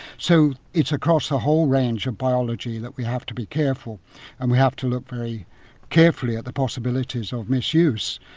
so it's across the whole range of biology that we have to be careful and we have to look very carefully at the possibilities of misuse.